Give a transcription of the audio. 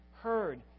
heard